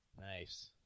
Nice